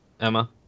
Emma